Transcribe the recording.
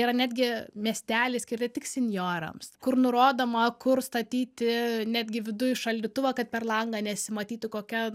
yra netgi miesteliai skirti tik sinjorams kur nurodoma kur statyti netgi viduj šaldytuvą kad per langą nesimatytų kokia